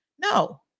No